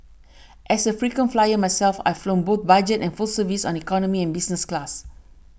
as a frequent flyer myself I've flown both budget and full service on economy and business class